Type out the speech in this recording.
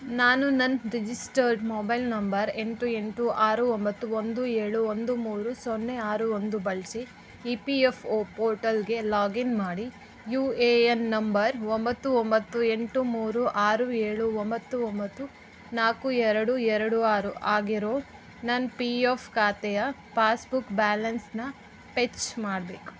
ನಾನು ನನ್ನ registered mobile number ಎಂಟು ಎಂಟು ಆರು ಒಂಬತ್ತು ಒಂದು ಏಳು ಒಂದು ಮೂರು ಸೊನ್ನೆ ಆರು ಒಂದು ಬಳಸಿ ಇ ಪಿ ಎಫ್ ಓ ಪೋರ್ಟಲಿಗೆ ಲಾಗಿನ್ ಮಾಡಿ ಯು ಎ ಎನ್ ನಂಬರ್ ಒಂಬತ್ತು ಒಂಬತ್ತು ಎಂಟು ಮೂರು ಆರು ಏಳು ಒಂಬತ್ತು ಒಂಬತ್ತು ನಾಲ್ಕು ಎರಡು ಎರಡು ಆರು ಆಗಿರೋ ನನ್ನ ಪಿ ಎಫ್ ಖಾತೆಯ ಪಾಸ್ಬುಕ್ ಬ್ಯಾಲೆನ್ಸ್ನ ಪೆಚ್ ಮಾಡ್ಬೇಕು